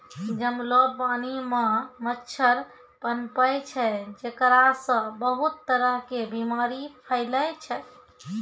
जमलो पानी मॅ मच्छर पनपै छै जेकरा सॅ बहुत तरह के बीमारी फैलै छै